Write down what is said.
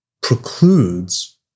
precludes